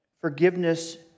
forgiveness